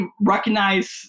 recognize